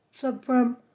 subprime